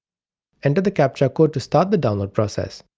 enter the captcha code to start the download process.